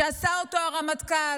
שעשה אותו הרמטכ"ל,